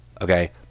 okay